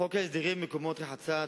חוק להסדרת מקומות רחצה,